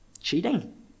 Cheating